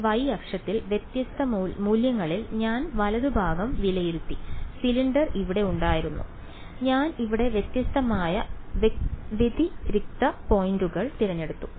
ഈ y അക്ഷത്തിൽ വ്യത്യസ്ത മൂല്യങ്ങളിൽ ഞാൻ വലതുഭാഗം വിലയിരുത്തി സിലിണ്ടർ ഇവിടെ ഉണ്ടായിരുന്നു ഞാൻ ഇവിടെ വ്യത്യസ്തമായ വ്യതിരിക്ത പോയിന്റുകൾ തിരഞ്ഞെടുത്തു